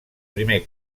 primer